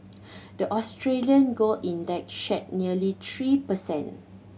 the Australian gold index shed nearly three per cent